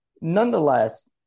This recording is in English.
Nonetheless